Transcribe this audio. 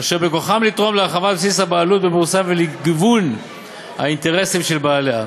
אשר בכוחם לתרום להרחבת בסיס הבעלות בבורסה ולגיוון האינטרסים של בעליה.